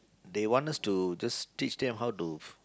they want us to just teach them how to